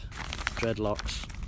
Dreadlocks